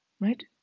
right